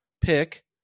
pick